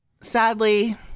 sadly